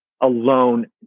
alone